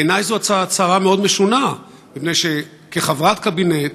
בעיני זו הצהרה מאוד משונה, מפני שכחברת קבינט